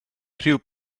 rhyw